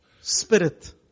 spirit